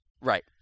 Right